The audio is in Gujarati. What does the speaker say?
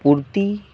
પૂરતી